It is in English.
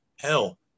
hell